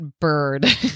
bird